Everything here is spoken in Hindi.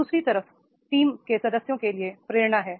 दू सरी तरफ टीम के सदस्यों के लिए प्रेरणा है